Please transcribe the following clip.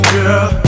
Girl